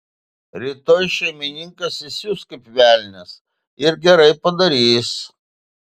rytoj šeimininkas įsius kaip velnias ir gerai padarys